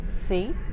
See